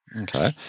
Okay